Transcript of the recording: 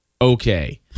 Okay